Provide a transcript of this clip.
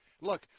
look